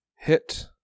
hit